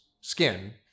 skin